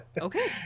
Okay